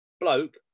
bloke